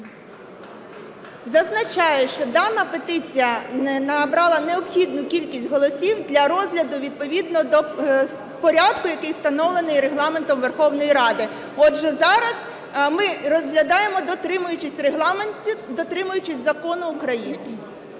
Зазначаю, що дана петиція не набрала необхідну кількість голосів для розгляду відповідно до порядку, який встановлений Регламентом Верховної Ради. Отже, зараз ми розглядаємо, дотримуючись Регламенту,